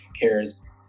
cares